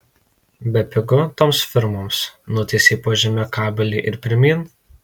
bepigu toms firmoms nutiesei po žeme kabelį ir pirmyn